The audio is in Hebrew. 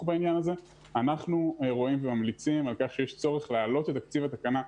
אנחנו לא מאפשרים אותה.